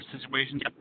situations